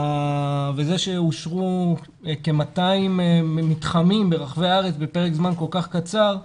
זה שאושרו כ-200 מתחמים ברחבי הארץ בפרק זמן כל כך קצר,